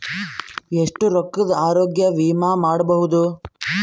ಎಷ್ಟ ರೊಕ್ಕದ ಆರೋಗ್ಯ ವಿಮಾ ಮಾಡಬಹುದು?